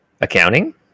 Accounting